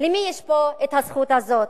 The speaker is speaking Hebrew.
למי יש פה את הזכות הזאת?